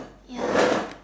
ya